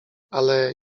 ale